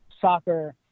soccer